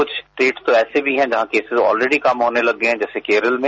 कुछ स्टेट तो ऐसे भी हैं जहां केसिसि अलरेडी कम होने लग गए हैं जैसे केरल में